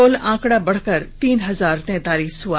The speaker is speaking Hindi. कुल आंकड़ा बढ़कर तीन हजार तैंतालिस हुआ